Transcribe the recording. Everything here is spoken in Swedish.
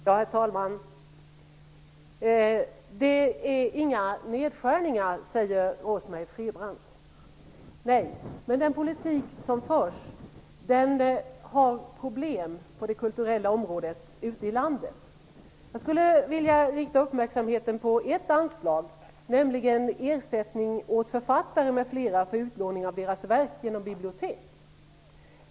Herr talman! Det är inte fråga om några nedskärningar, säger Rose-Marie Frebran. Nej, men den politik som förs har problem på det kulturella området ute i landet. Jag skulle vilja rikta uppmärksamheten på ett anslag, nämligen det som gäller ersättningen till författare m.fl. för utlåning av deras verk genom bibliotek.